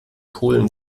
polen